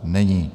Není.